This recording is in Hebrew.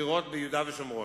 בבחירות ביהודה ושומרון.